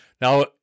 Now